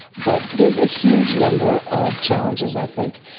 but there's a huge number of challenges i think.